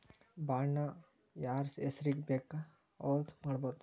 Bond ನ ಯಾರ್ಹೆಸ್ರಿಗ್ ಬೆಕಾದ್ರುಮಾಡ್ಬೊದು?